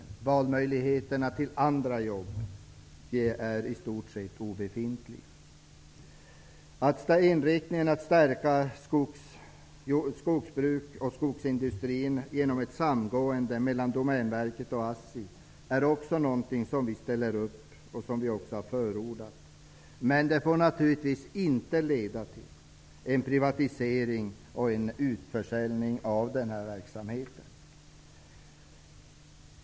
Valmöjligheterna till andra jobb är i stort sett obefintliga. Inriktningen att stärka skogsbruk och skogsindustri genom ett samgående mellan Domänverket och ASSI är något som vi ställer upp på och som vi också förordat. Men det får naturligtvis inte leda till en privatisering och utförsäljning av den här verksamheten.